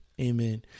Amen